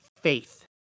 faith